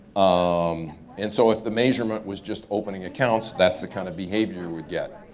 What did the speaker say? um and so if the measurement was just opening accounts, that's the kind of behavior we'll get.